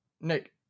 nick